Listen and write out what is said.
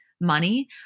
money